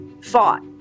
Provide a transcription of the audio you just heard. fought